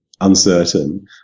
uncertain